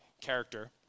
character